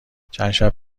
چندشب